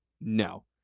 No